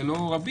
זה לא רבים,